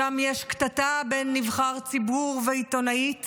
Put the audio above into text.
שם יש קטטה בין נבחר ציבור לעיתונאית